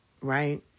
right